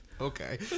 Okay